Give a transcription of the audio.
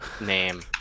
name